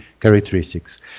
characteristics